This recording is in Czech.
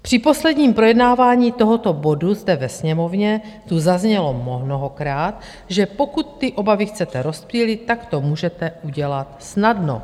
Při posledním projednávání tohoto bodu zde ve Sněmovně zaznělo mnohokrát, že pokud ty obavy chcete rozptýlit, tak to můžete udělat snadno.